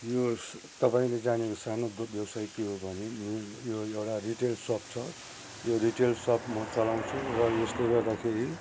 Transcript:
यो तपाईँले जानेको सानो दुध व्यवसाय के हो भने यो एउटा रिटेल सप छ यो रिटेल सप म चलाउँछु र यसले गर्दाखेरि